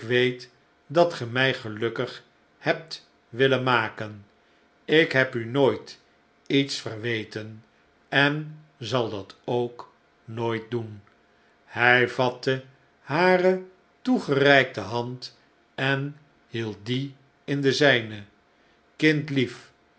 weet datge mij gelukkig hebtwillenmaken ik heb u nooit iets verweten en zal dat ook nooit doen hij vatte hare toegereikte hand en hield die in de zijne kindlief